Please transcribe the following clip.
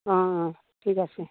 অঁ অঁ ঠিক আছে